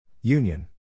Union